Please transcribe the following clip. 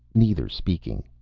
neither speaking,